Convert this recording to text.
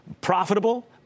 Profitable